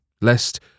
lest